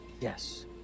Yes